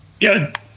Good